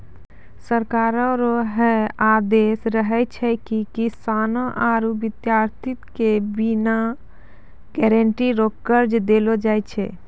सरकारो रो है आदेस रहै छै की किसानो आरू बिद्यार्ति के बिना गारंटी रो कर्जा देलो जाय छै